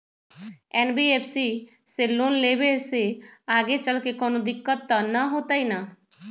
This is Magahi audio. एन.बी.एफ.सी से लोन लेबे से आगेचलके कौनो दिक्कत त न होतई न?